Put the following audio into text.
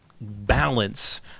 balance